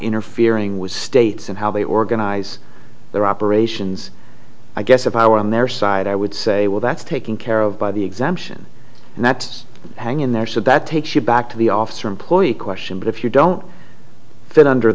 interfering with states and how they organize their operations i guess if i were on their side i would say well that's taken care of by the exemption and that's hang in there so that takes you back to the officer employee question but if you don't fit under